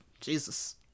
Jesus